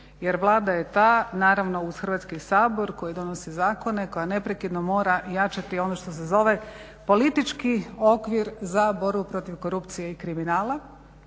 Jer Vlada je ta, naravno uz Hrvatski sabor koji donosi zakone, koja neprekidno mora jačati ono što se zove politički okvir za borbu protiv korupcije i kriminala,